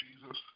Jesus